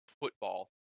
football